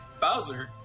Bowser